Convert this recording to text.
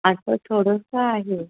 असं थोडंसं आहे